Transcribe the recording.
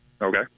Okay